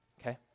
Okay